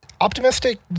optimistic